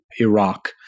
Iraq